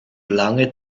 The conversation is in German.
lange